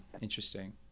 Interesting